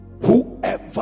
Whoever